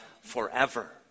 forever